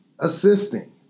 Assisting